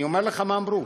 אני אומר לך מה אמרו.